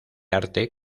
arte